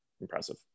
impressive